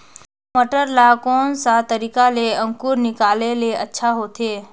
मटर ला कोन सा तरीका ले अंकुर निकाले ले अच्छा होथे?